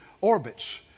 orbits